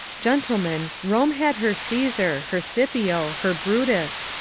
gentlemen, rome had her caesar, her scipio, her brutus,